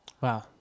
Wow